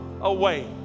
away